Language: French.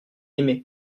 aimé